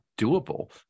doable